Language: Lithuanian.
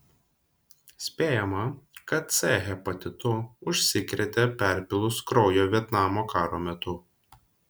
spėjama kad c hepatitu užsikrėtė perpylus kraujo vietnamo karo metu